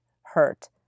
hurt